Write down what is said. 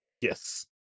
Yes